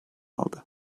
aldı